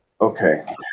Okay